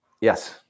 Yes